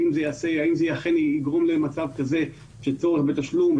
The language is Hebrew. האם זה אכן יגרום למצב כזה של צורך בתשלום,